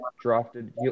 drafted